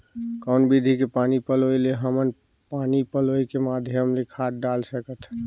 कौन विधि के पानी पलोय ले हमन पानी पलोय के माध्यम ले खाद डाल सकत हन?